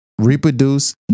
reproduce